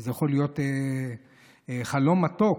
וזה יכול להיות חלום מתוק.